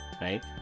right